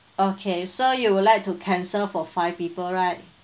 okay so you would like to cancel for five people right